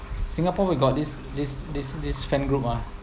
singapore we got this this this this fan group mah